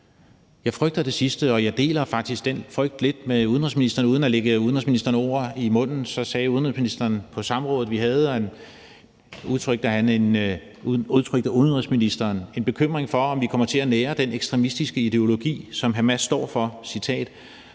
Jeg frygter det sidste, og jeg deler faktisk den frygt lidt med udenrigsministeren. Uden at lægge udenrigsministeren ord i munden, udtrykte udenrigsministeren på samrådet, vi havde, en bekymring for, om vi kommer til at nære den ekstremistiske ideologi, som Hamas står for. Jeg